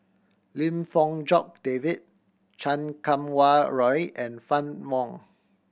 Lim Fong Jock David Chan Kum Wah Roy and Fann Wong